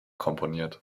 komponiert